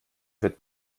wird